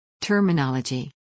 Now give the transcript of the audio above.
Terminology